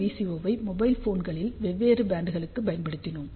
அந்த VCO ஐ mobile போன்களின் வெவ்வேறு பேண்டுகளுக்குப் பயன்படுத்தினோம்